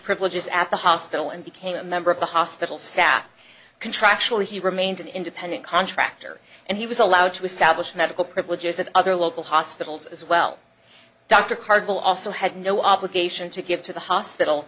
privileges at the hospital and became a member of the hospital staff contractually he remains an independent contractor and he was allowed to establish medical privileges of other local hospitals as well dr cargill also had no obligation to give to the hospital